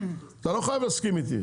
אתה לא חייב להסכים איתי.